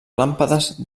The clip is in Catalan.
làmpades